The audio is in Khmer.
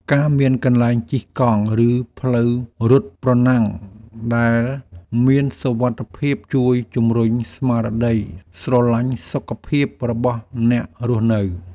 ការមានកន្លែងជិះកង់ឬផ្លូវរត់ប្រណាំងដែលមានសុវត្ថិភាពជួយជម្រុញស្មារតីស្រឡាញ់សុខភាពរបស់អ្នករស់នៅ។